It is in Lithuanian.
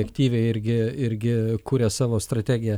aktyviai irgi irgi kuria savo strategiją